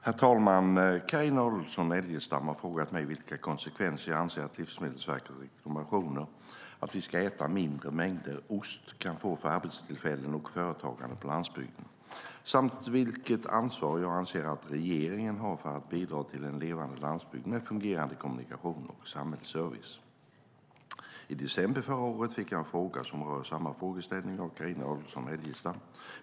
Herr talman! Carina Adolfsson Elgestam har frågat mig vilka konsekvenser jag anser att Livsmedelsverkets rekommendation att vi ska äta mindre mängder ost kan få för arbetstillfällen och företagande på landsbygden samt vilket ansvar jag anser att regeringen har för att bidra till en levande landsbygd med fungerande kommunikationer och samhällsservice. I december förra året fick jag samma frågeställning av Carina Adolfsson Elgestam.